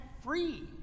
Free